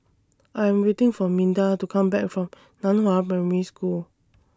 I Am waiting For Minda to Come Back from NAN Hua Primary School